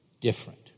different